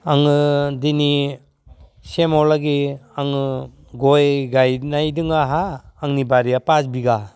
आङो दिनैसिमावलागि आङो गय गायनाय दं आंहा आंनि बारिया फास बिगा